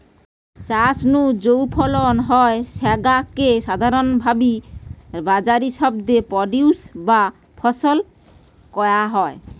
চাষ নু যৌ ফলন হয় স্যাগা কে সাধারণভাবি বাজারি শব্দে প্রোডিউস বা ফসল কয়া হয়